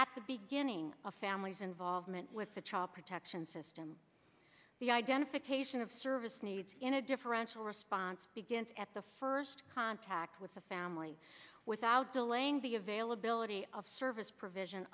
at the beginning a family's involvement with the child protection system the identification of service needs in a differential response begins at the first contact with the family without delaying the availability of service provision